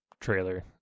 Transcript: trailer